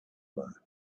laughed